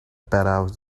better